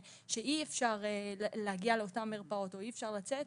שאי-אפשר להגיע לאותן מרפאות או אי-אפשר לצאת,